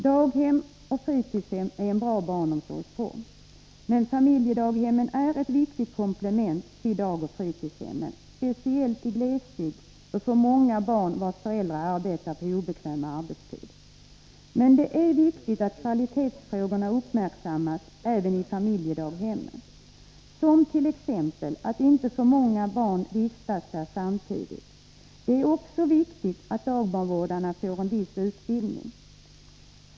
Daghem och fritidshem är en bra barnomsorgsform, men familjedaghemmen är ett viktigt komplement till dagoch fritidshemmen, speciellt i glesbygd och för många barn vars föräldrar arbetar på obekväm arbetstid. Men det är viktigt att kvalitetsfrågorna uppmärksammas även i familjedaghemmen, t.ex. att inte för många barn vistas där samtidigt. Det är också viktigt att dagbarnvårdarna får viss utbildning.